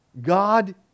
God